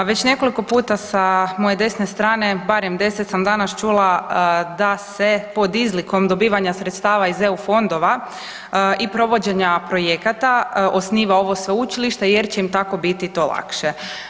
Već nekoliko puta sa moje desne strane barem 10 sam danas čula da se pod izlikom dobivanja sredstava iz EU fondova i provođenja projekata osniva ovo sveučilište jer će im tako biti to lakše.